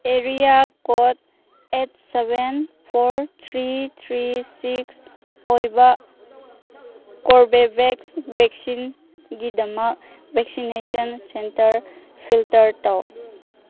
area code eight seven four three three six ꯑꯣꯏꯕ Corbevax ꯚꯦꯛꯁꯤꯟꯒꯤꯗꯃꯛ vaccination centre filter ꯇꯧ